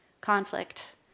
conflict